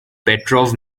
petrov